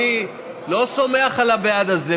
אני לא סומך על הבעד הזה.